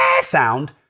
sound